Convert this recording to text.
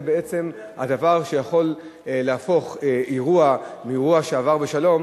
זה בעצם הדבר שיכול להפוך אירוע מאירוע שעבר בשלום